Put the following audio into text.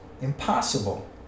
impossible